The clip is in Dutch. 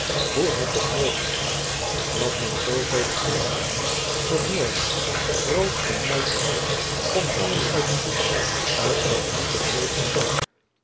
hoe het toch mogelijk was dat men zoovele aanmaningen tot moord roof en muiterij kon halen uit een boek t welk jacob van lennep de pleegzoon liefde prediken moet